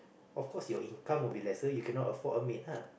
of course your income will be lesser you cannot afford a maid lah